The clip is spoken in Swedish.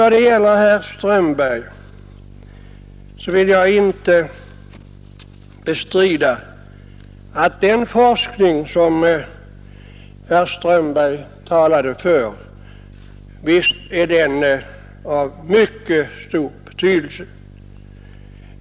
När det gäller herr Strömbergs inlägg vill jag inte bestrida att den forskning som herr Strömberg talade om är av mycket stor betydelse.